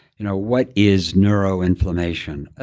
you know what is neuroinflammation? ah